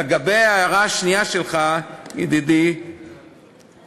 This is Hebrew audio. לגבי ההערה השנייה שלך, ידידי אורי,